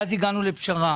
ואז הגענו לפשרה.